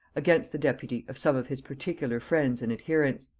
against the deputy, of some of his particular friends and adherents.